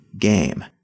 Game